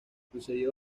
sucedió